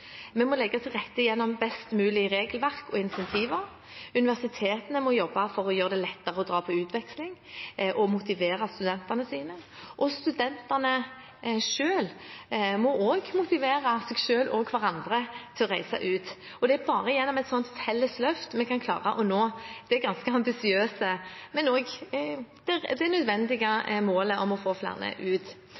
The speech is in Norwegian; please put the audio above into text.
Vi må legge til rette gjennom best mulig regelverk og incentiver, universitetene må jobbe for å gjøre det lettere å dra på utveksling og motivere studentene, og studentene selv må også motivere seg selv og hverandre til å reise ut. Bare gjennom et slikt felles løft kan vi klare å nå det ganske ambisiøse, men også nødvendige målet om å få flere til å reise ut.